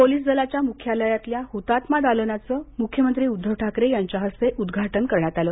police दलाच्या मुख्यालयातल्या हुतात्मा दालनाचं मुख्यमंत्री उद्घव ठाकरे यांच्या हस्ते उद्घाटन करण्यात आलं